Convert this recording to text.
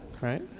right